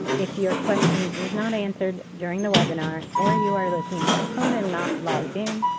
if your question is not answered during the webinar or you are listing by phone and not logged in,